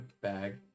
bag